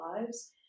lives